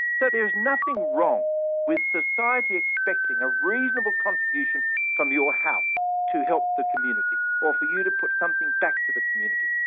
so there's nothing wrong with society expecting a reasonable contribution from your house to help the community, or for you to put something back to the community.